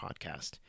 Podcast